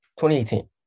2018